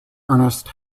ernest